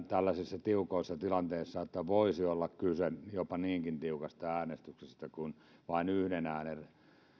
tällaisissa tiukoissa tilanteissa joissa voisi olla kyse jopa niinkin tiukasta äänestyksestä kuin sellaisesta että vain yhden äänen